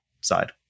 side